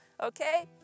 Okay